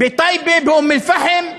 בטייבה, באום-אלפחם,